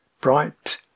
bright